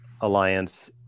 alliance